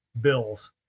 bills